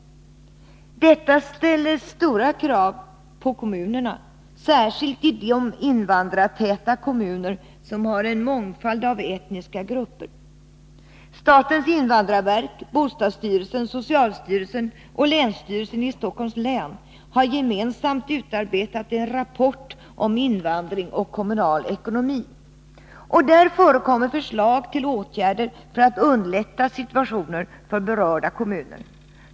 Detta ställer stora krav på kommunerna, särskilt i de invandrartäta kommuner som har en mångfald av etniska grupper. Statens invandrarverk, bostadsstyrelsen, socialstyrelsen och länsstyrelsen i Stockholms län har gemensamt utarbetat en rapport om invandring och kommunal ekonomi. Där förekommer förslag till åtgärder för att underlätta situationen för berörda. kommuner.